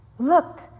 looked